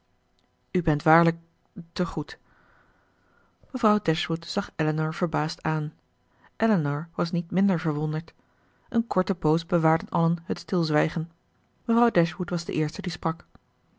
u bent waarlijk te goed mevrouw dashwood zag elinor verbaasd aan elinor was niet minder verwonderd een korte poos bewaarden allen het stilzwijgen mevrouw dashwood was de eerste die sprak